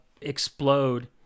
explode